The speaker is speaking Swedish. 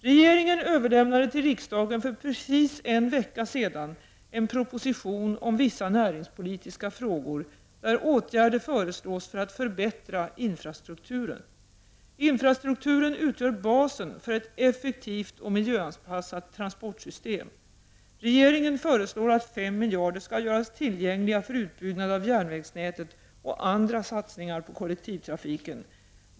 Regeringen överlämnade till riksdagen för precis en vecka sedan en proposition om vissa näringspolitiska frågor, där åtgärder föreslås för att förbättra infrastrukturen. Infrastrukturen utgör basen för ett effektivt och miljöanpassat transportsystem. Regeringen föreslår att fem miljarder skall göras tillgängliga för utbyggnad av järnvägsnätet och andra satsningar på kollektivtrafiken.